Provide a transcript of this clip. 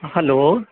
hello